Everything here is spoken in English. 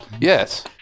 yes